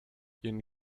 ihren